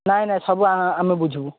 ନାଇଁ ନାଇଁ ସବୁ ଆମେ ବୁଝିବୁ